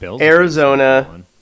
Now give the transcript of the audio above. Arizona